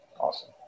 Awesome